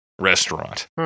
restaurant